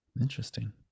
Interesting